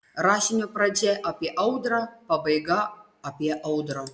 rašinio pradžia apie audrą pabaiga apie audrą